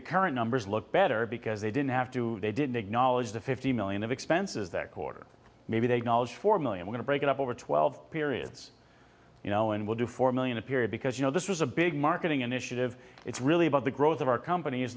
the current numbers look better because they didn't have to they didn't acknowledge the fifty million of expenses that quarter maybe they knowledge four million going to break it up over twelve periods you know and we'll do four million a period because you know this was a big marketing initiative it's really about the growth of our company is